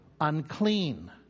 unclean